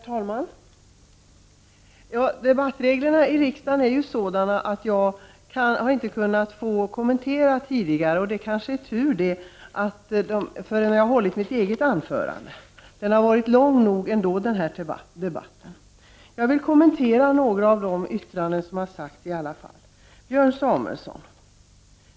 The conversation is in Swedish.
Herr talman! Debattreglerna i riksdagen är ju sådana att jag inte har fått kommentera tidigare talares inlägg — jag måste först hålla mitt eget anförande. Det kanske är tur, för den här debatten har varit lång nog ändå. Jag vill emellertid nu kommentera några av de yttranden som har fällts. Björn Samuelson!